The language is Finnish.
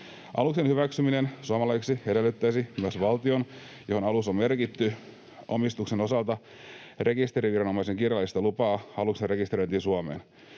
Aluksen hyväksyminen suomalaiseksi edellyttäisi myös valtion, johon alus on merkitty omistuksen osalta, rekisteriviranomaisen kirjallista lupaa aluksen rekisteröintiin Suomeen.